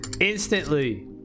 Instantly